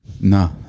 No